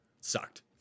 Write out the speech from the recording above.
Sucked